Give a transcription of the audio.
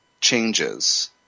changes